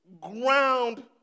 ground